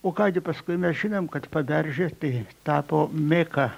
o ką gi paskui mes žinom kad paberžė tai tapo meka